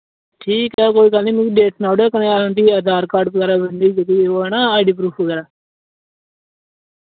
ठीक ऐ कोई गल्ल निं मिकी डेट सनाई ओड़ेओ कन्नै उं'दी आधार कार्ड बगैरा उं'दी जेह्ड़ी ओ ऐ ना आईडी प्रूफ बगैरा